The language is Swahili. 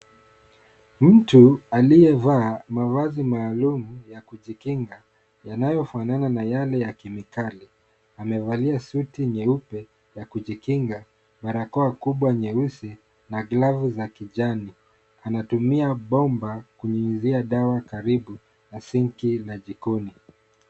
Mtu aliyevaa mavazi maalum ya kujikinga yanayofanana na yale ya kemikali, amevalia suti nyeupe ya kujikinga, barakoa kubwa nyeusi na glavu za kijani, anatumia bomba kunyunyizia dawa karibu na sinki la jikoni.